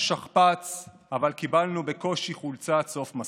שכפ"ץ אבל קיבלנו בקושי חולצת סוף מסלול.